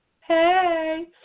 Hey